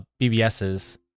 BBSs